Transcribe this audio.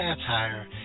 satire